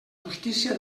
justícia